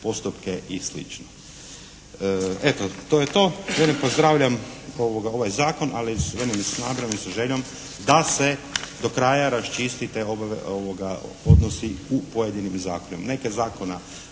postupke i slično. Eto to je to. Pozdravljam ovaj Zakon, ali veli s nadom i sa željom da se do kraja raščisti te odnosi u pojedinim zakonima. Nekih zakona